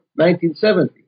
1970